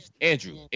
Andrew